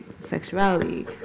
sexuality